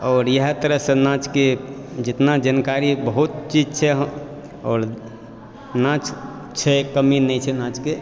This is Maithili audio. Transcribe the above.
और इएह तरहसे नाँचके जेतना जानकारी बहुत चीज छै और नाँच छै कमी नहि छै नाँचके